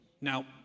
Now